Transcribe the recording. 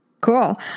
Cool